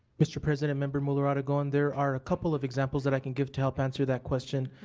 mr. president, member muller-aragon, there are a couple of examples that i can give to help answer that question.